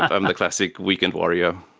i'm the classic weekend warrior.